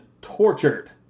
tortured